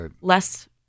less